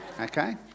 okay